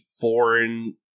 foreign